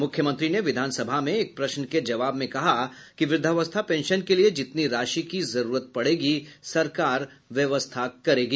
मुख्यमंत्री ने विधान सभा में एक प्रश्न के जवाब में कहा कि व्रद्धावस्था पेंशन के लिये जितनी राशि की जरूरत पड़ेगी सरकार व्यवस्था करेगी